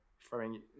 throwing